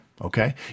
Okay